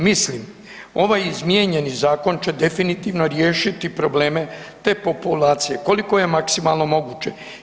Mislim, ovaj izmijenjeni zakon će definitivno riješiti probleme te populacije koliko je maksimalno moguće.